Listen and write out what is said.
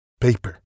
paper